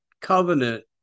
Covenant